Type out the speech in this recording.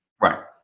Right